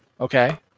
Okay